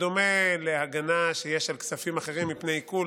בדומה להגנה שיש על כספים אחרים מפני עיקול.